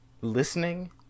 listening